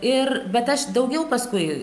ir bet aš daugiau paskui